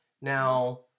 Now